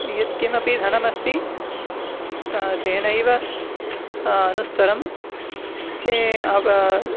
यत् किमपि धनमस्ति त तेनैव अनुस्थरं ते अव